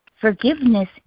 forgiveness